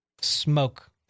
smoke